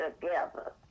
together